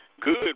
good